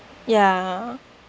ya